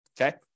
Okay